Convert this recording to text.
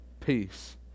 peace